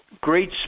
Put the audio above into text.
great